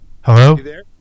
Hello